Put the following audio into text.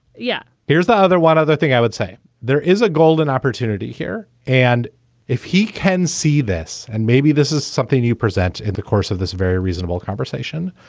yeah here's the other one other thing i would say there is a golden opportunity here and if he can see this and maybe this is something you present in the course of this very reasonable conversation,